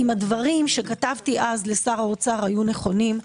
אם הדברים שכתבתי אז לשר האוצר היו נכונים,